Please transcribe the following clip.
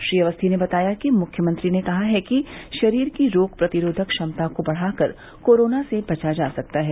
श्री अवस्थी ने बताया कि मुख्यमंत्री ने कहा है कि शरीर की रोग प्रतिरोधक क्षमता को बढ़ाकर कोरोना से बचा जा सकता है